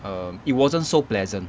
um it wasn't so pleasant